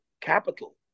capital